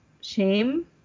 shame